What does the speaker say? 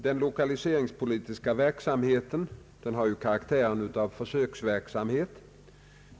Den lokaliseringspolitiska verksamheten har karaktären av försöksverksamhet.